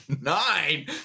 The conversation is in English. Nine